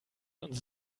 uns